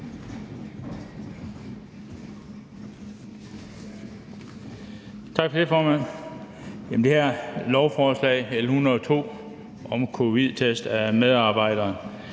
Tak for det, formand. Det her lovforslag, L 102, om covid-19-test af medarbejdere